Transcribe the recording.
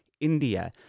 India